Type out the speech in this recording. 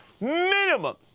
minimum